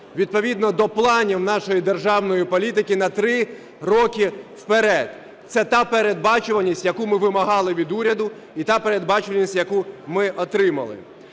відповідно до планів нашої державної політики на три роки вперед. Це та передбачуваність, яку ми вимагали від уряду, і та передбачуваність, яку ми отримали.